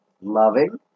loving